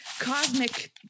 cosmic